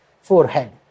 forehead